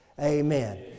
amen